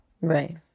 Right